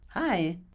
Hi